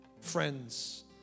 friends